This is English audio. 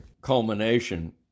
culmination